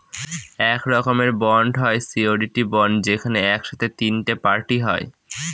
এক রকমের বন্ড হয় সিওরীটি বন্ড যেখানে এক সাথে তিনটে পার্টি হয়